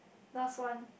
last one